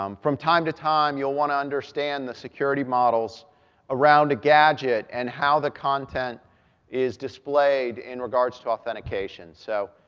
um from time to time, you'll want to understand the security models around a gadget, and how the content is displayed in regards to authentication. so,